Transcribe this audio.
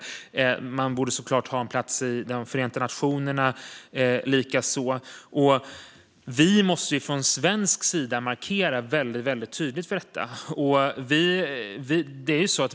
Taiwan borde såklart också ha en plats i Förenta nationerna. Vi måste från svensk sida markera väldigt tydligt för detta.